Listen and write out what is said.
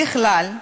ככלל,